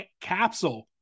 capsule